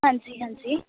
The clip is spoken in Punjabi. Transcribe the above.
ਹਾਂਜੀ ਹਾਂਜੀ